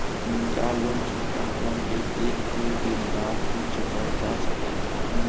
का लोन चुकता कर के एक दो दिन बाद भी चुकावल जा सकेला?